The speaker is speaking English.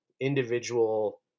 individual